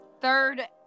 third